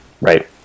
Right